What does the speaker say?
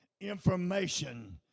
information